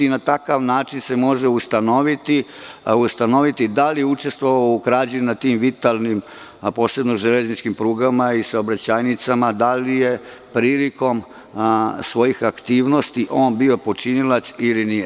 Na takav način se može ustanoviti da li je učestvovao u krađi u tim vitalnim, posebno železničkim prugama i saobraćajnicama, da li je prilikom svojih aktivnosti on bio počinilac ili nije.